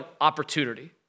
opportunity